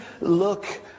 look